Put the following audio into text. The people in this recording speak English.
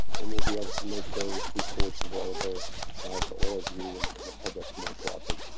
and we'll be able to make those reports available to all of you and and the public more broadly.